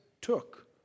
took